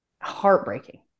heartbreaking